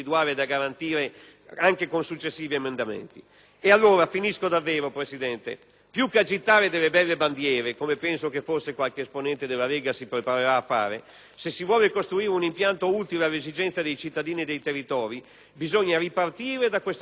anche con successivi emendamenti. E allora, e concludo davvero, Presidente, più che agitare delle belle bandiere - come penso che forse qualche esponente della Lega si preparerà a fare - se si vuole costruire un impianto utile all'esigenza dei cittadini e dei territori, bisogna ripartire da questo testo così migliorato